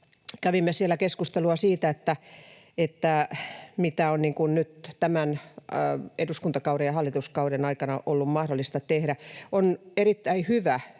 kävimme siellä keskustelua siitä, mitä on nyt tämän eduskuntakauden ja hallituskauden aikana ollut mahdollista tehdä. On erittäin hyvä